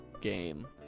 game